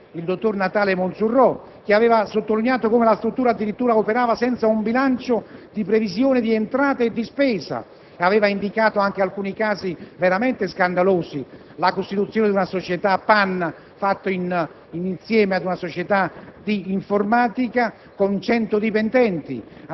del Ministero delle finanze; il dottor Natale Monsurrò ha sottolineato come la struttura addirittura operava senza un bilancio di previsione di entrata e di spesa e ha indicato anche alcuni casi veramente scandalosi: la costituzione della società PAN fatta insieme ad una società